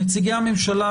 נציגי הממשלה,